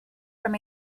from